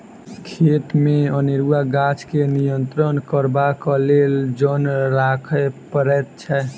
खेतमे अनेरूआ गाछ के नियंत्रण करबाक लेल जन राखय पड़ैत छै